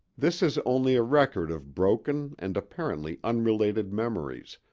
this is only a record of broken and apparently unrelated memories,